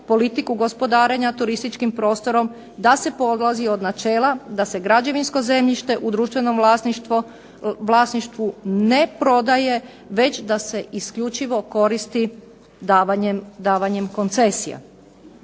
politiku gospodarenja turističkim prostorom da se polazi od načela da se građevinsko zemljište u društvenom vlasništvu ne prodaje već da se isključivo koristi davanjem koncesija.